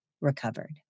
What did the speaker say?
recovered